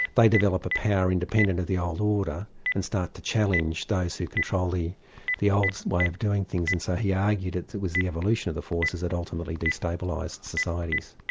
they develop a power independent of the old order and start to challenge those who control the the old way of doing things, and so he argued it was the evolution of the forces that ultimately destabilised societies.